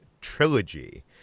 trilogy